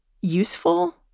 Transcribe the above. useful